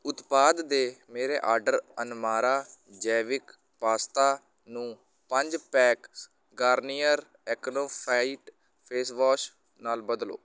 ਉਤਪਾਦ ਦੇ ਮੇਰੇ ਆਰਡਰ ਅਨਮਾਰਾ ਜੈਵਿਕ ਪਾਸਤਾ ਨੂੰ ਪੰਜ packs Garnier acno fight face wash ਨਾਲ ਬਦਲੋ